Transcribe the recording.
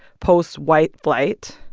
post-white flight,